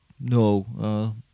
No